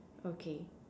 okay